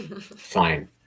fine